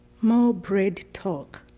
more bread talk.